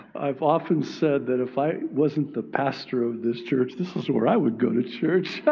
i've often said that if i wasn't the pastor of this church, this is where i would go to church.